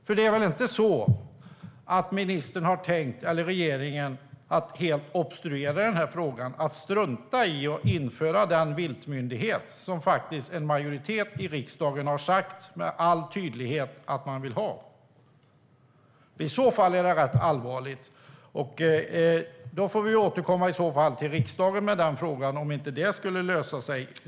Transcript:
För det är väl inte så att regeringen har tänkt att helt obstruera i den här frågan, att strunta i att införa den viltmyndighet som en majoritet i riksdagen med all tydlighet har sagt att man vill ha? I så fall vore det rätt allvarligt. Vi får återkomma till riksdagen med den frågan om det inte skulle lösa sig.